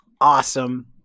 awesome